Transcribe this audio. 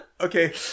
Okay